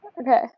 Okay